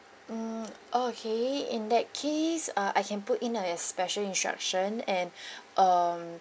mm oh okay in that case uh I can put in a an special instruction and um